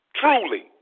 truly